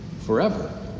forever